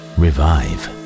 revive